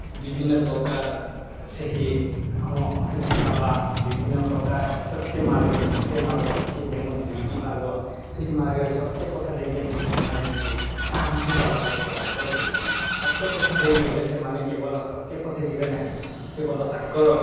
ବିଭିନ୍ନପ୍ରକାର ସେହି ଆମ ଅସୁବିଧା ବା ବିଭିନ୍ନପ୍ରକାର ଅସତ୍ୟ ମାର୍ଗ ସତ୍ୟ ମାର୍ଗ ଅଛି ଯେଉଁ ଦୁଇଟି ମାର୍ଗ ସେହି ମାର୍ଗରେ ସତ୍ୟ ପଥ ଦେଇ କେମିତି ସେମାନେ ଯିବେ ତାହା ବିଶେଷ ଭାବରେ ପ୍ରଭାବିତ କରୁଛନ୍ତି ସତ୍ୟ ପଥ ଦେଇଗଲେ ସେମାନେ କେବଳ ସତ୍ୟ ପଥେ ଯିବେ ନାହିଁ କେବଳ ତାଙ୍କର